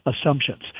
assumptions